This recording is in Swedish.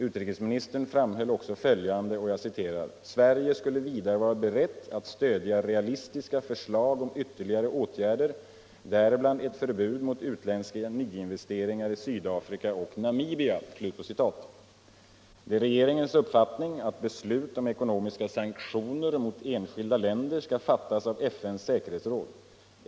Utrikosministern framhöll också följande: ”Sverige skulle vidare vura berett att stödja realisuiska förslag om ytterligare åtgärder, däribland eu förbud mot utländska nyinvesteringar i Sydafrika och Namibia. ” Det är regeringens uppfattning att beslut om ekonomiska sanktioner mot enskilda fänder skall fåttas av FN:s säkerhetsråd.